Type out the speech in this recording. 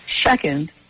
Second